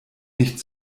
nicht